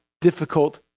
difficult